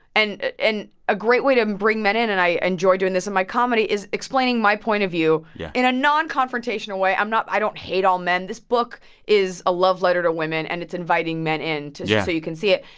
and and a great way to bring men in and i enjoy doing this in my comedy is explaining my point of view yeah in a non-confrontational way. i'm not i don't hate all men. this book is a love letter to women. and it's inviting men in just so you can see it.